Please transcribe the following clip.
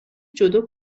جودو